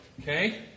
Okay